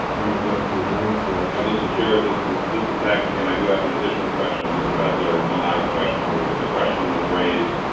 bring it back to the board for action. mr. chair? this is this is zach again. i do have an additional question, of mr. adler, one last question. there was, the question was raised,